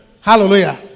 Hallelujah